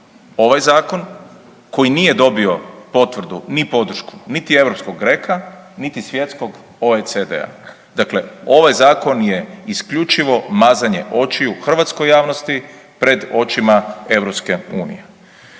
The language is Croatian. ovaj zakon koji nije dobio potvrdu ni podršku niti europskog GRECO-a niti svjetskog OECD-a. Dakle, ovaj zakon je isključivo mazanje očiju hrvatskoj javnosti pred očima EU. No to nije